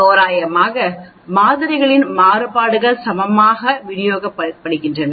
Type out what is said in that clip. தோராயமாக மாதிரிகளின் மாறுபாடுகள் சமமாக ஊகங்கள் விநியோகிக்கப்படுகிறது